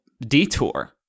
detour